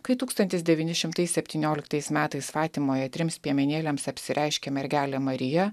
kai tūkstantis devyni šimtai septynioliktais metais fatimoje trims piemenėliams apsireiškė mergelė marija